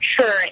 sure